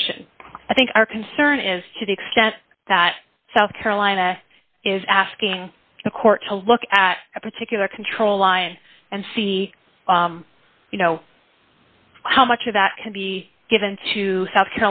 question i think our concern is to the extent that south carolina is asking the court to look at a particular control line and see how much of that can be given to south